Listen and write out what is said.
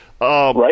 right